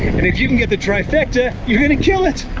and if you can get the trifecta, you're gonna kill it.